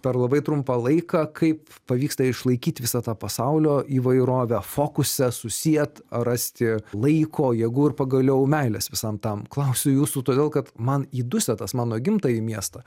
per labai trumpą laiką kaip pavyksta išlaikyt visą pasaulio įvairovę fokuse susiet rast tiek laiko jėgų ir pagaliau meilės visam tam klausiu jūsų todėl kad man į dusetas mano gimtąjį miestą